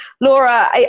Laura